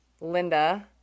Linda